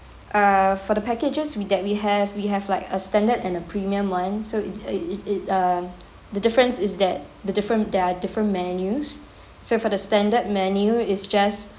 err for the packages with that we have we have like a standard and the premium one so it it it it uh the difference is that the different there are different menus so for the standard menu is just